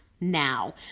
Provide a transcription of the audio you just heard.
now